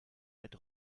mit